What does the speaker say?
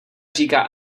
říká